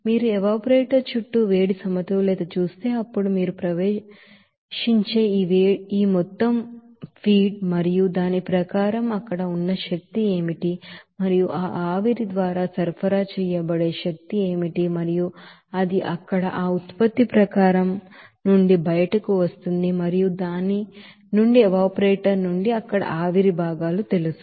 మీరు ఎవాపరేటర్ చుట్టూ heat balance ను చేస్తే అప్పుడు మీరు ప్రవేశించే ఈ మొత్తం ఫీడ్ మరియు దాని ప్రకారం అక్కడ ఉన్న శక్తి ఏమిటి మరియు ఆ ఆవిరి ద్వారా సరఫరా చేయబడే శక్తి ఏమిటి మరియు అది అక్కడ ఆ ప్రోడక్ట్ స్ట్రీమ్ నుండి బయటకు వస్తోంది మరియు దాని నుండి ఎవాపరేటర్ నుండి అక్కడ ఆవిరి భాగాలు తెలుసు